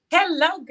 Hello